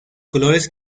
colores